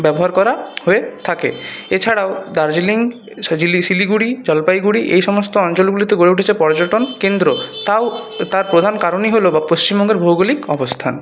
ব্যবহার করা হয়ে থাকে এছাড়াও দার্জিলিং শিলিগুড়ি জলপাইগুড়ি এই সমস্ত অঞ্চলগুলিতে গড়ে উঠেছে পর্যটন কেন্দ্র তাও তার প্রধান কারণই হলো পশ্চিমবঙ্গের ভৌগোলিক অবস্থান